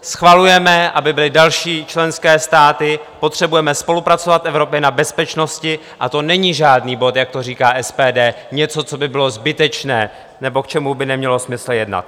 Schvalujeme, aby byly další členské státy, potřebujeme spolupracovat v Evropě na bezpečnosti a to není žádný bod, jak to říká SPD, něco, co by bylo zbytečné nebo k čemu by nemělo smysl jednat.